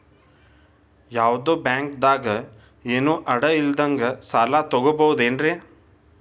ಯಾವ್ದೋ ಬ್ಯಾಂಕ್ ದಾಗ ಏನು ಅಡ ಇಲ್ಲದಂಗ ಸಾಲ ತಗೋಬಹುದೇನ್ರಿ?